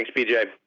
p j.